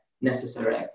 necessary